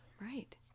Right